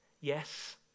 Yes